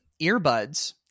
earbuds